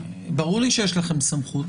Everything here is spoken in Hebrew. ברור לי שיש לכם סמכות,